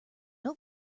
oat